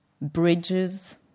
bridges